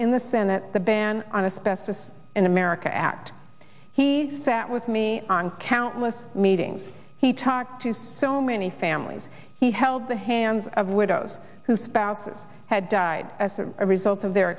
in the senate the ban on a specif in america act he sat with me on countless meetings he talked to so many families he held the hands of widows who spouses had died as a result of their